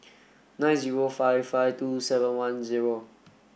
nine zero five five two seven one zero